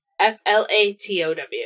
F-L-A-T-O-W